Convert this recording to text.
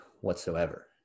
whatsoever